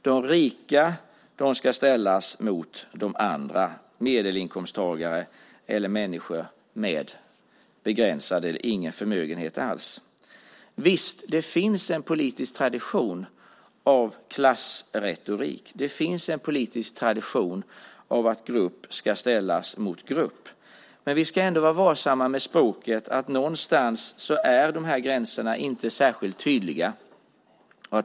De rika ska ställas mot de andra, medelinkomsttagare eller människor med begränsade medel eller ingen förmögenhet alls. Visst finns det en politisk tradition av klassretorik. Det finns en politisk tradition av att grupp ska ställas mot grupp. Men vi ska ändå vara varsamma med språket. Någonstans är de här gränserna inte särskilt tydliga.